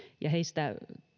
ja heistä